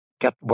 get